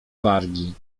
wargi